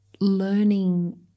Learning